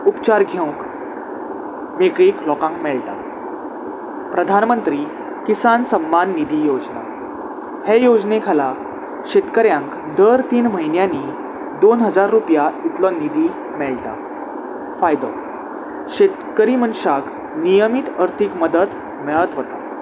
उपचार घेवक मेगळीक लोकांक मेळटा प्रधानमंत्री किसान सम्मान निधी योजना हे योजने खाला शेतकऱ्यांक दर तीन म्हयन्यांनी दोन हजार रुपया इतलो निधी मेळटा फायदो शेतकरी मनशाक नियमीत अर्थीक मदत मेळत वता